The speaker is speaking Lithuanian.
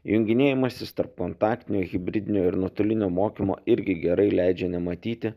junginėjimasis tarp kontaktinio hibridinio ir nuotolinio mokymo irgi gerai leidžia nematyti